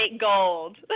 gold